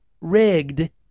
rigged